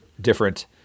different